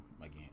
again